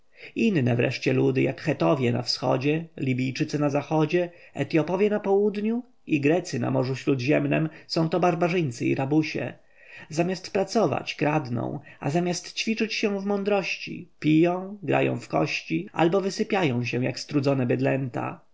inne wreszcie ludy jak chetowie na wschodzie libijczycy na zachodzie etjopowie na południu i grecy na morzu śródziemnem są to barbarzyńcy i rabusie zamiast pracować kradną a zamiast ćwiczyć się w mądrości piją grają w kości albo wysypiają się jak strudzone bydlęta